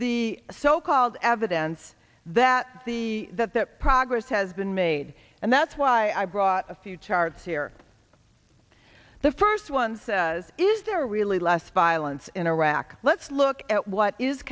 the so called evidence that the that that progress has been made and that's why i brought a few charts here the first one says is there really less violence in iraq let's look at what is